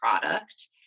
product